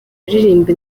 aririmba